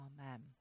amen